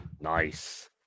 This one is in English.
nice